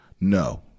No